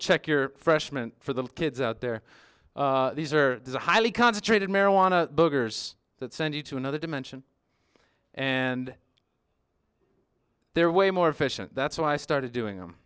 check your freshman for the kids out there these are highly concentrated marijuana buggers that send you to another dimension and they're way more efficient that's why i started doing them